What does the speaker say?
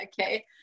Okay